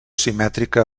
simètrica